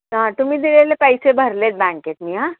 हां तुम्ही दिलेले पैसे भरले आहेत बँकेत मी हां